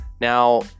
now